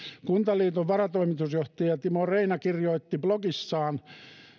kuntaliiton varatoimitusjohtaja timo reina kirjoitti blogissaan